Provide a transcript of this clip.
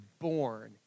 born